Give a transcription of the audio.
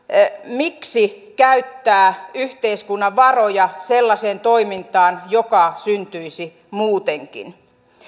miksi käyttää yhteiskunnan varoja sellaiseen toimintaan joka syntyisi muutenkin